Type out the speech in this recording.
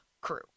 crew